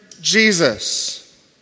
Jesus